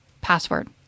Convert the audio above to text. password